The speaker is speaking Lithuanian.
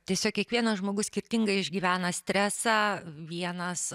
tiesiog kiekvienas žmogus skirtingai išgyvena stresą vienas